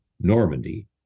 Normandy